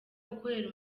ukorera